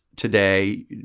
today